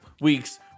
weeks